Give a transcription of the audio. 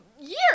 years